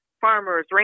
farmers